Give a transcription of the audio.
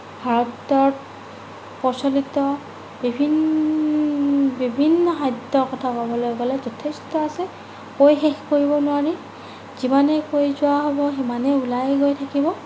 ভাৰতত প্ৰচলিত বিভিন্ন খাদ্য কথা ক'বলৈ গ'লে যথেষ্ট আছে কৈ শেষ কৰিব নোৱাৰি যিমানে কৈ যোৱা হ'ব সিমানে ওলাইয়ে গৈ থাকিব